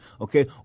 okay